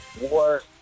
War